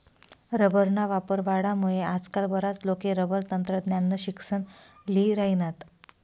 रबरना वापर वाढामुये आजकाल बराच लोके रबर तंत्रज्ञाननं शिक्सन ल्ही राहिनात